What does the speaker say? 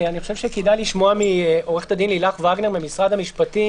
כדאי לשמוע מעו"ד לילך וגנר ממשרד המשפטים